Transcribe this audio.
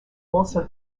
also